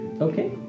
Okay